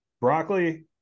broccoli